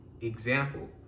Example